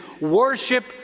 worship